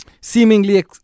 seemingly